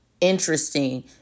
interesting